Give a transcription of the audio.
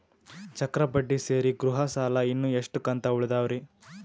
ಚಕ್ರ ಬಡ್ಡಿ ಸೇರಿ ಗೃಹ ಸಾಲ ಇನ್ನು ಎಷ್ಟ ಕಂತ ಉಳಿದಾವರಿ?